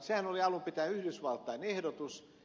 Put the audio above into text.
sehän oli alun pitäen yhdysvaltain ehdotus